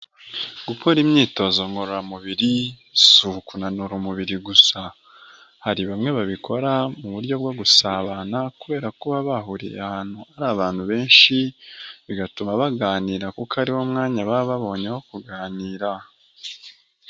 Gukora imyitozo ngororamubiri si ukunanura umubiri gusa. Hari bamwe babikora mu buryo bwo gusabana, kubera ko baba bahuriye ahantu ari abantu benshi bigatuma baganira kuko ariwo mwanya baba babonye wo kuganira.